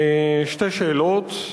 שתי שאלות.